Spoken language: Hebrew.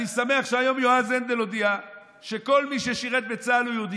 אני שמח שיועז הנדל הודיע היום שכל מי ששירת בצה"ל הוא יהודי,